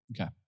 Okay